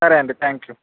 సరే అండి thank you